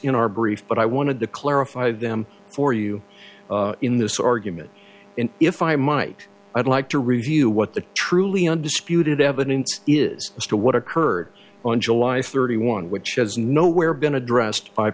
in our brief but i wanted to clarify them for you in this argument in if i might i'd like to review what the truly undisputed evidence is as to what occurred on july thirty one which is nowhere been addressed